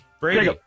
Brady